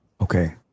Okay